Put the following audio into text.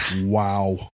Wow